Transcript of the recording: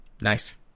Nice